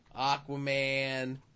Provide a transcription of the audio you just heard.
Aquaman